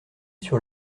sur